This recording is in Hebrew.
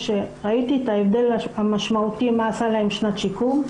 ראיתי את ההבדל המשמעותי מה עשתה להן שנת שיקום.